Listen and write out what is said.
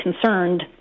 concerned